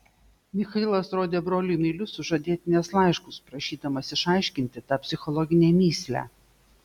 michailas rodė broliui meilius sužadėtinės laiškus prašydamas išaiškinti tą psichologinę mįslę